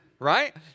right